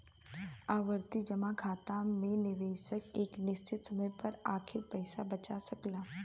आवर्ती जमा खाता में निवेशक एक निश्चित समय खातिर पइसा बचा सकला